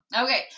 Okay